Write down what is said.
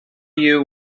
you